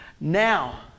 Now